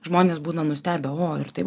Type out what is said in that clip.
žmonės būna nustebę o ir taip